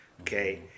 Okay